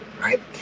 right